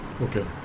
Okay